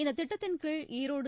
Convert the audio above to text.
இந்ததிட்டத்தின்கீழ் Erode